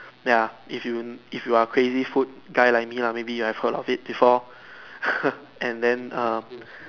ya if you if you are crazy food guy like me lah maybe you have heard of it before and then err